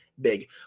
big